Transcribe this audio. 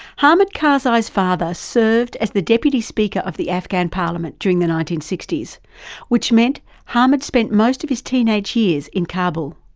hamid karzai's father served as the deputy speaker of the afghan parliament during the nineteen sixty s which meant hamid spent most of his teenage years in kabul.